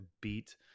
beat